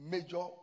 Major